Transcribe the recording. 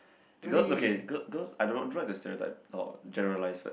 because okay because I don't like to stereotype or generalise but